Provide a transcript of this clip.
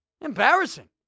Embarrassing